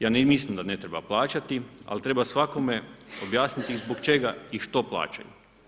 Ja ne mislim da ne treba plaćati, ali treba svakome objasniti zbog čega i što plaćaju.